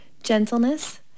gentleness